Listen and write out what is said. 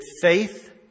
faith